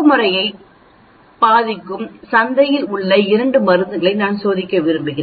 தூக்க முறையை பாதிக்கும் சந்தையில் உள்ள 2 மருந்துகளை நான் சோதிக்கிறேன்